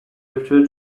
lifted